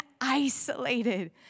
isolated